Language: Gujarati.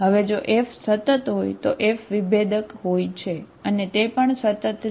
હવે જો F સતત હોય તો F વિભેદક હોય છે અને તે પણ સતત છે